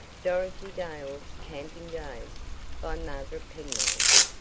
dorothy dale's camping days by margaret penrose